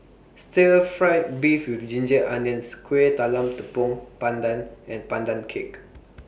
Stir Fried Beef with Ginger Onions Kueh Talam Tepong Pandan and Pandan Cake